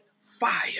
fire